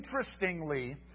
Interestingly